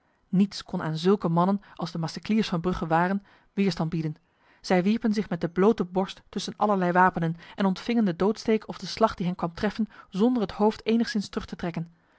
niets kon aan zulke mannen als de macecliers van brugge waren weerstand bieden zij wierpen zich met de blote borst tussen allerlei wapenen en ontvingen de doodsteek of de slag die hen kwam treffen zonder het hoofd enigszins terug te trekken